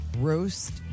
roast